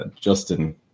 Justin